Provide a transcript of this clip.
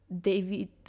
David